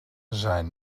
zijn